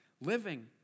living